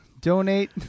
Donate